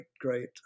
great